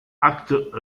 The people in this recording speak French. acte